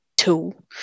tool